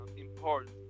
important